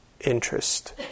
interest